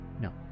No